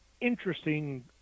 interesting